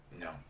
No